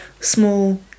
small